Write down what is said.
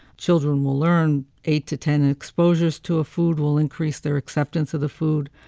children will learn eight to ten exposures to a food will increase their acceptance of the food.